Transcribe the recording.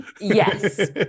yes